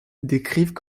décrivent